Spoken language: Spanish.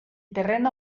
terreno